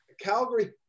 Calgary